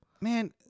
man